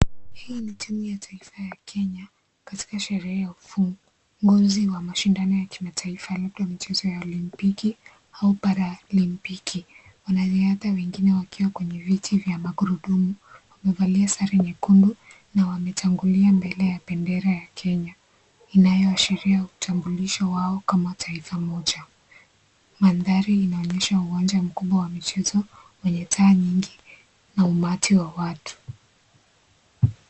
Hii ni timu ya taifa ya Kenya katika sherehe ya ufunguzi wa mashindano ya kimataifa labda michezo ya olympiki au paralympiki wanariadha wengine wakiwa kwenye viti vya magurudumu wamevalia sare nyekundu na wametangulia mbele ya bendera ya Kenya, inayoashiria utambulisho wa kama taifa moja, mandari inaonyesha uwanja mkubwa wa michezo wenye taa mingi na umati wa watu.